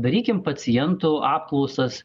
darykim pacientų apklausas